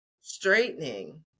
straightening